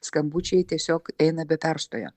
skambučiai tiesiog eina be perstojo